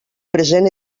present